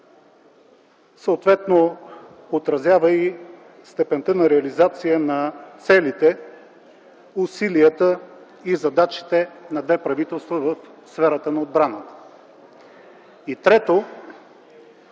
съответно отразява и степента на реализация на целите, усилията и задачите на две правителства в сферата на отбраната. И трето,